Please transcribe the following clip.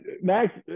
Max